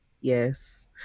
Yes